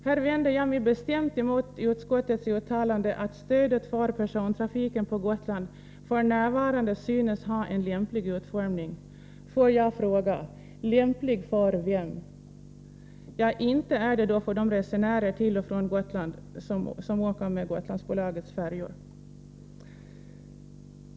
Här vänder jag mig bestämt emot utskottets uttalande att stödet för persontrafiken till och från Gotland f. n. synes ha en lämplig utformning. Får jag fråga: Lämplig för vem? Ja, inte är det för resenärer som åker till och från Gotland med Gotlandsbolagets färjor.